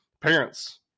parents